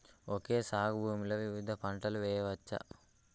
Okay సాగు భూమిలో వివిధ పంటలు వెయ్యచ్చా?